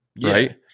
right